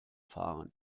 fahren